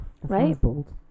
Right